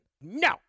No